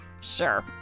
Sure